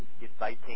inviting